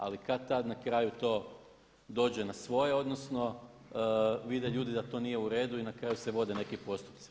Ali kad-tad na kraju to dođe na svoje, odnosno vide ljudi da to nije u redu i na kraju se vode neki postupci.